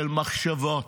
של מחשבות,